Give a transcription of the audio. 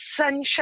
sunshine